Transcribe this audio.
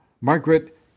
Margaret